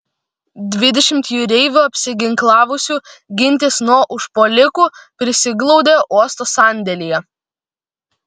dvidešimt jūreivių apsiginklavusių gintis nuo užpuolikų prisiglaudė uosto sandėlyje